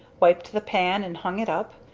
wiped the pan and hung it up,